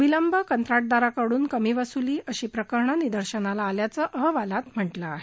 विलंब कंत्राटदाराकडून कमी वसूली अशी प्रकरण निदशर्शणाला आल्याचं अहवालात म्हटलं आहे